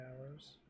hours